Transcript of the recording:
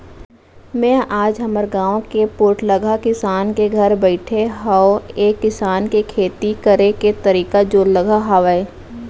मेंहा आज हमर गाँव के पोठलगहा किसान के घर बइठे हँव ऐ किसान के खेती करे के तरीका जोरलगहा हावय